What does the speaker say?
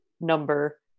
number